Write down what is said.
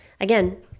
again